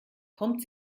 kommt